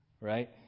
Right